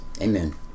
amen